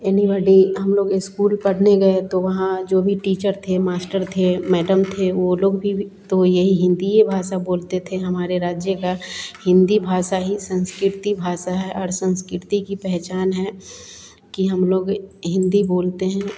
हम लोग इस्कूल पढ़ने गए तो वहाँ जो भी टीचर थे मास्टर थे मैडम थे वे लोग भी तो यही हिन्दी भाषा बोलते थे हमारे राज्य की हिंदी भाषा ही सांस्कृतिक भाषा है और संस्कृति की पहचान है कि हम लोग हिंदी बोलते हैं